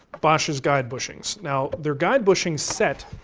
bosch's guide bushings. now, their guide bushing set